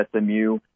SMU